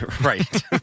Right